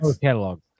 catalog